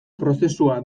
prozesua